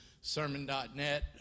Sermon.net